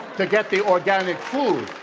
to get the organic food.